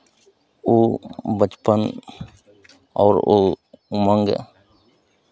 वो बचपन और वो उमंग